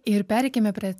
ir pereikime prie